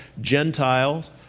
Gentiles